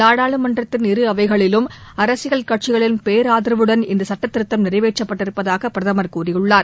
நாடாளுமன்றத்தின் இரு அவைகளிலும் அரசியல் கட்சிகளின் பேராதரவுடன் இந்த சுட்டத்திருத்தம் நிறைவேற்றப்பட்டிருப்பதாக பிரதமர் கூறியுள்ளார்